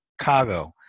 Chicago